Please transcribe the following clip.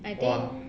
!wah!